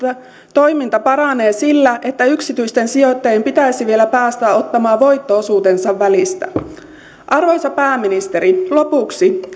toiminta paranee sillä että yksityisten sijoittajien pitäisi vielä päästä ottamaan voitto osuutensa välistä arvoisa pääministeri lopuksi